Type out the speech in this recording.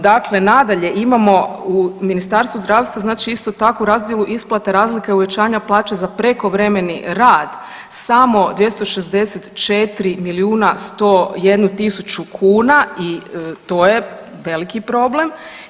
Dakle nadalje, imamo u Ministarstvu zdravstva znači isto takvu razdjelu isplate razlike uvećanja plaća za prekovremeni rad samo 264 milijuna 101 tisuću kuna i to je veliki problem.